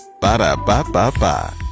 Ba-da-ba-ba-ba